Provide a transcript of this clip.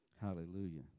hallelujah